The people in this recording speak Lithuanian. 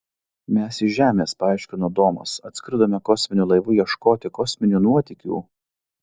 mes iš žemės paaiškino domas atskridome kosminiu laivu ieškoti kosminių nuotykių